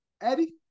Eddie